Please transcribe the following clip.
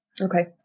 Okay